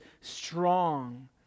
strong